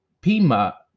Pima